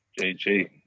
JG